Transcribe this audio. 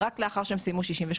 רק לאחר שהם סיימו 63,